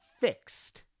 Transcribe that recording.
fixed